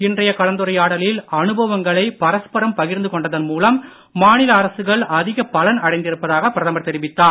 இன்றைய கலந்துரையாடலில் அனுபவங்களைப் பகிர்ந்து கொண்டதன் மூலம் மாநில அரசுகள் பரஸ்பரம் அதிகப் பலன் அடைந்திருப்பதாக பிரதமர் தெரிவித்தார்